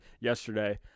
yesterday